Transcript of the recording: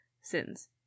sins